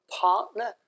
partner